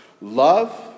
love